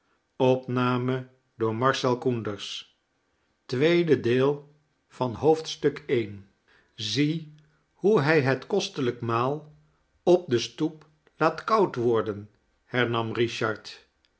zie lioe hij het kostelijk maal op de stoep laat koud worden hernam richard